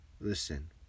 Listen